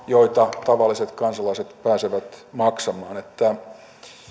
joita tavalliset kansalaiset pääsevät maksamaan että